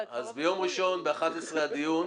אבל כבר לא ויתרו לי.